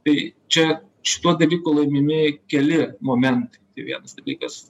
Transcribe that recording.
tai čia šituo dalyku laimimi keli momentai tai vienas dalykas